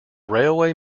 railway